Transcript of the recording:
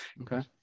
okay